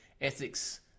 Ethics